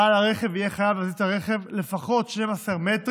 בעל הרכב יהיה חייב להזיז את הרכב לפחות 12 מטרים,